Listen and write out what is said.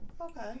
Okay